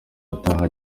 ataha